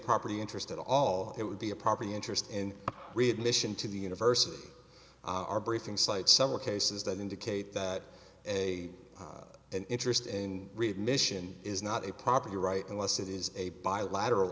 property interest at all it would be a property interest in readmission to the universe of our briefing site several cases that indicate that a an interest in remission is not a property right unless it is a bilateral